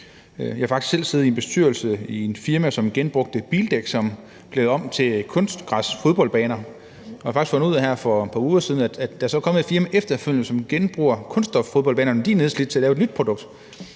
Jeg har faktisk selv siddet i en bestyrelse i et firma, som genbrugte bildæk, som blev lavet om til kunstgræs til fodboldbaner, og jeg har fundet ud af her for et par uger siden, at der så er kommet et firma efterfølgende, som genbruger kunststoffodboldbanerne, når de er nedslidte, til at lave et nyt produkt.